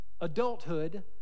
adulthood